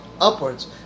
upwards